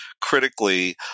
critically